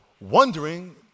wondering